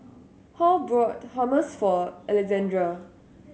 Hall bought Hummus for Alexandra